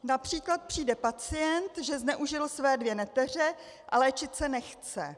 Například přijde pacient, že zneužil své dvě neteře, a léčit se nechce.